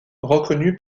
reconnu